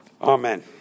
Amen